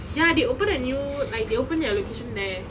ya they open a new like they opening a location there